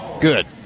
good